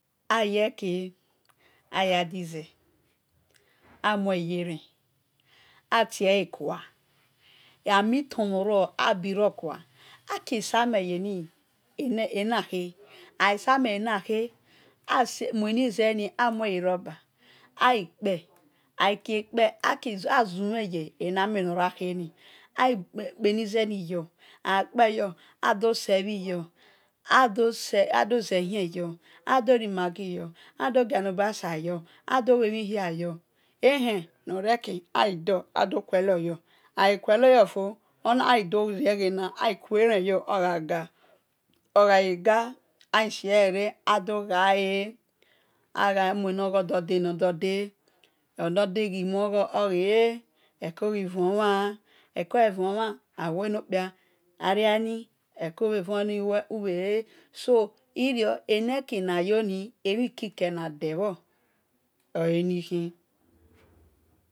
Ayeki ayadique amue yeren ah tie e kua amiton nor ro abiro khua akie sameh yenia khe aghia sameh yena khe amue nizeni amue yi riber aghi kpe azumhen ye nameh nor rakhini aghi kpeni zeni zo agha kpe yor ato sehhi yor ado ze hie zor ador hel mhi yor ado ze hie zor ador hel mhi hia yor ehen nor reki ador a der kue lor yor aghi kueren yor ogha ga oghai ga asie lere adoghae agha munugho dor de nor dor de nor de ghi muo gho oghi le eko ghi vuo mhsn eko gha vuo mhan awe nokpia ariani neko bhe vuo oni wel ubhele so eneki na yoni emhikike na del bhor o e ni khi